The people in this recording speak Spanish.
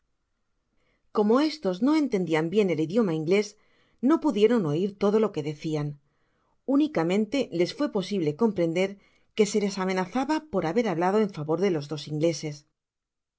como estos no entendian bien el idioma inglés no pudieron oir todo lo que decían únicamente les fué posible comprender que se les amenazaba por haber hablado en favor de los dos ingleses